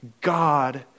god